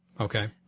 Okay